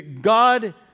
God